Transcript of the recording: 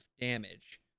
damage